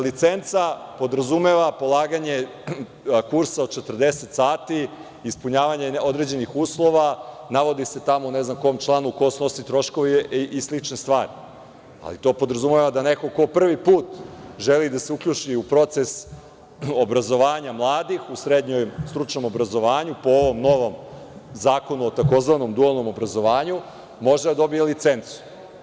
Licenca podrazumeva polaganje kursa od 40 sati, ispunjavanje određenih uslova, navodi se tamo, ne znam u kom članu, ko snosi troškove i slične stvari, ali to podrazumeva da neko ko prvi put želi da se uključi u proces obrazovanja mladih u srednjem stručnom obrazovanju, po ovom novom zakonu o tzv. dualnom obrazovanju, može da dobije licencu.